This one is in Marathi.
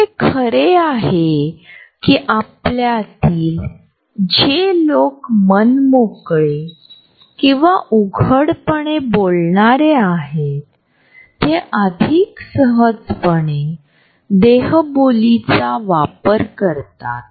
उदाहरणार्थ बहुतेकदा पोलिसांद्वारे लोकांची विचारपूस केली जाते किंवा इतरांच्या खासगी जागेत घुसण्याचा प्रयत्न करतात